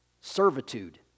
servitude